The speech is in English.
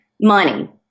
money